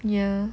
ya